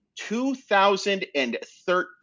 2013